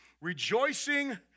Rejoicing